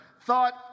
thought